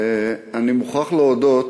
אני מוכרח להודות